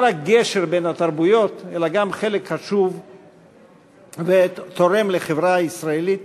רק גשר בין התרבויות אלא גם חלק חשוב ותורם לחברה הישראלית,